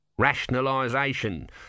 Rationalisation